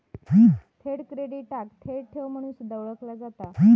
थेट क्रेडिटाक थेट ठेव म्हणून सुद्धा ओळखला जाता